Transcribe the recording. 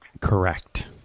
Correct